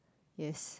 yes